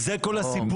הינה, זה כל הסיפור.